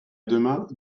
demain